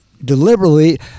deliberately